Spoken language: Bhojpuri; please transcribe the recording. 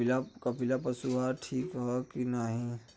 कपिला पशु आहार ठीक ह कि नाही?